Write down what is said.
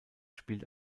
spielt